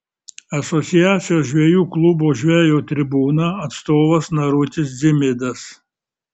asociacijos žvejų klubo žvejo tribūna atstovas narutis dzimidas